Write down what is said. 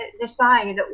decide